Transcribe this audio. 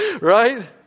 Right